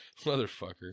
motherfucker